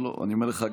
אני אומר לך,